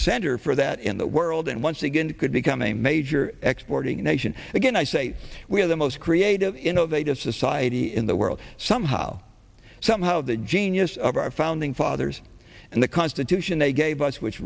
center for that in the world and once again could become a major exploiting nation again i say we're the most creative innovative society in the world somehow somehow the genius of our founding fathers and the constitution they gave us which